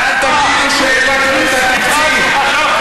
אבל אל תגידו שהעליתם את התקציב.